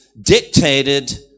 dictated